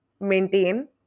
maintain